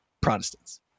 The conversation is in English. Protestants